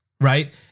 Right